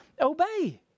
obey